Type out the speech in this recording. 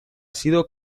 sido